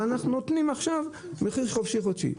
אבל אנחנו נותנים עכשיו מחיר חופשי-חודשי.